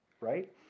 right